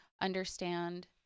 understand